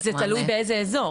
זה תלוי באיזה אזור.